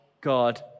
God